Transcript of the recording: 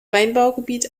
weinbaugebiet